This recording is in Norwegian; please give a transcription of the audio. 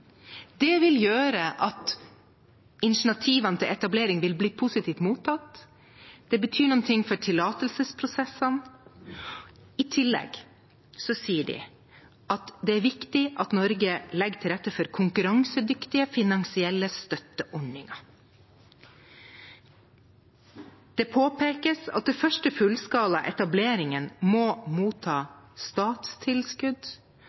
Det vil gjøre at initiativene til etablering vil bli positivt mottatt, og det betyr noe for tillatelsesprosessene. I tillegg sier de at det er viktig at Norge legger til rette for konkurransedyktige finansielle støtteordninger. Det påpekes at den første fullskala etableringen må